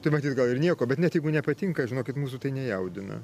tai matyt gal ir nieko bet net jeigu nepatinka žinokit mūsų tai nejaudina